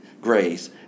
grace